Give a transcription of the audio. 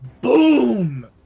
boom